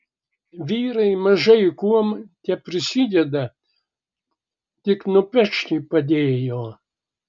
vyrai mažai kuom teprisideda tik nupešti padėjo